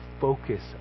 focus